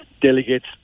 delegates